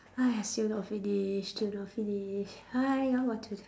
!hais! still not finish still not finish !haiya! what to do